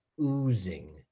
oozing